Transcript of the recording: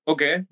Okay